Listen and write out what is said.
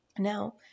Now